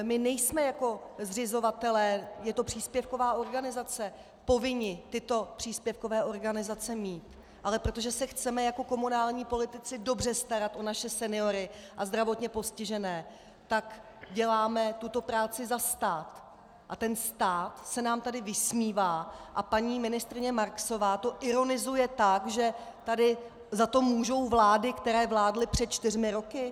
My nejsme jako zřizovatelé, je to příspěvková organizace, povinni tyto příspěvkové organizace mít, ale protože se chceme jako komunální politici dobře starat o naše seniory a zdravotně postižené, tak děláme tuto práci za stát a stát se nám tady vysmívá a paní ministryně Marksová to ironizuje tak, že za to můžou vlády, které vládly před čtyřmi roky.